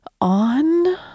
On